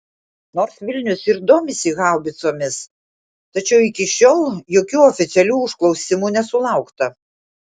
nors vilnius ir domisi haubicomis tačiau iki šiol jokių oficialių užklausimų nesulaukta